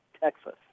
Texas